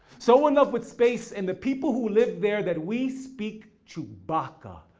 so enough with space and the people who live there that we speak chewbacca